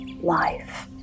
life